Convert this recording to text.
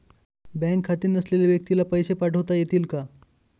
Bank खाते नसलेल्या व्यक्तीला पैसे पाठवता येतील का?